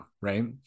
right